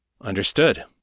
Understood